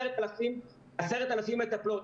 10,000 מטפלות,